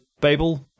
Babel